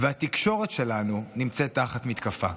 והתקשורת שלנו נמצאת תחת מתקפה.